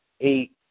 Eight